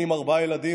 אני עם ארבעה ילדים,